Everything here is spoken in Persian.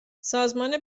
سازمان